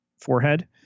forehead